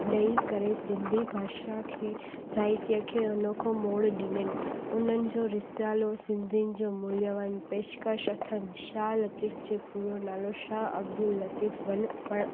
ॾेई करे सिंधी भाषा खे साहित्य खे अनोखो मोड़ु ॾिननि उन्हनि जो रिसालो सिंधियुनि जो मुल्यावान पेशकश अथनि शाह लतीफ़ जो पूरो नालो शाह अब्दुल लतीफ़ पर